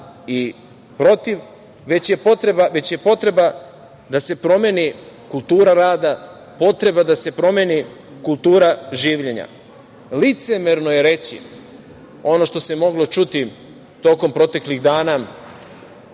i protiv, već je potreba da se promeni kultura rada, potreba da se promeni kultura življenja. Licemerno je reći ono što se moglo čuti tokom proteklih dana